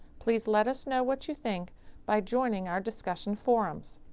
please let us know what you think by joining our discussion forums.